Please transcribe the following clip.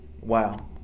Wow